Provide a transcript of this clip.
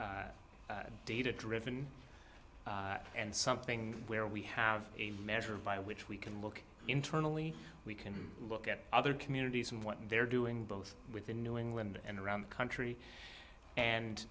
data driven and something where we have a measure by which we can look internally we can look at other communities and what they're doing both within new england and around the country